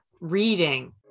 reading